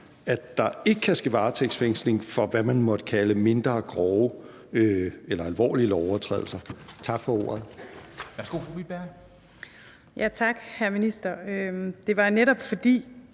at der ikke kan ske varetægtsfængsling for, hvad man måtte kalde mindre grove eller alvorlige lovovertrædelser. Tak for ordet.